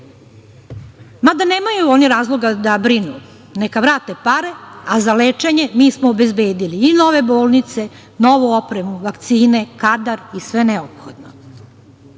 Mada nemaju oni razloga da brinu, neka vrate pare, a za lečenje mi smo obezbedili i nove bolnice, novu opremu, vakcine, kadar i sve neophodno.